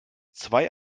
zwei